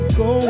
go